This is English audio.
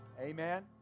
Amen